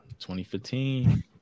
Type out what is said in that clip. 2015